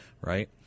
right